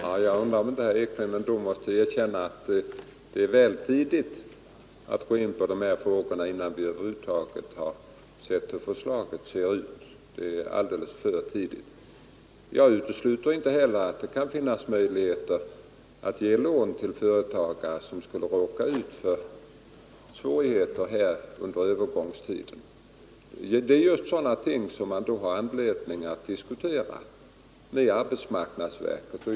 Herr talman! Jag undrar om herr Ekinge ändå inte måste erkänna att det är för tidigt att gå in på dessa frågor innan vi sett hur reformförslaget kommer att se ut. Jag utesluter inte att det kan vara möjligt att ge lån till företagare som under övergångstiden kan råka ut för svårigheter, men det är just sådana saker som man har anledning diskutera med arbetsmarknadsverket.